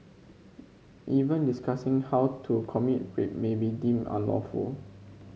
even discussing how to commit rape may be deemed unlawful